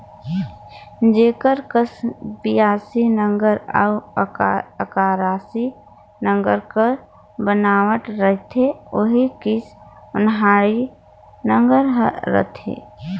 जेकर कस बियासी नांगर अउ अकरासी नागर कर बनावट रहथे ओही कस ओन्हारी नागर हर रहथे